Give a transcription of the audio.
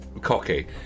Cocky